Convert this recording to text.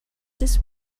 this